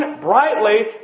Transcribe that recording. brightly